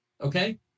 Okay